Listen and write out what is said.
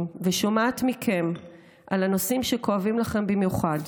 ושומעת מכם על הנושאים שכואבים לכם במיוחד,